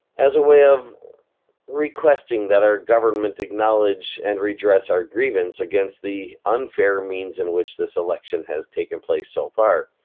as a way of requesting that our government acknowledge and redress our grievance against the unfair means in which this election has taken place so far.